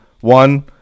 One